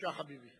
בבקשה, חביבי.